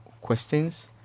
questions